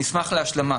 נשמח להשלמה.